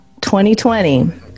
2020